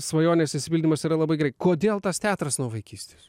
svajonės išsipildymas yra labai gerai kodėl tas teatras nuo vaikystės